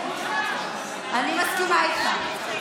אני מסכימה איתך.